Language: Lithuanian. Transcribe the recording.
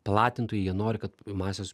platintojai jie nori kad masės